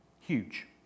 Huge